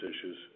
issues